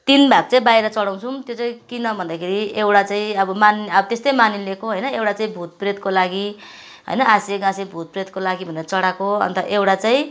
तिन भाग चाहिँ बाहिर चढाउँछौँ त्यो चाहिँ किन भन्दाखेरि एउटा चाहिँ अब मान् अब त्यस्तै मानिलिएको होइन एउटा चाहिँ भूतप्रेतको लागि होइन आसे गाँसे भूतप्रेतको लागि भनेर चढाएको अन्त एउटा चाहिँ